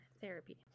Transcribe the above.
therapy